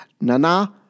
Nana